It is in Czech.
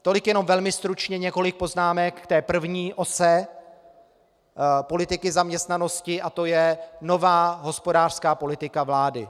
Tolik jenom velmi stručně několik poznámek k té první ose politiky zaměstnanosti a to je nová hospodářská politika vlády.